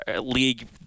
league